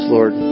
Lord